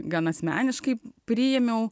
gana asmeniškai priėmiau